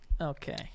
Okay